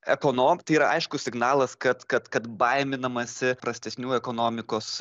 ekono tai yra aiškus signalas kad kad kad baiminamasi prastesnių ekonomikos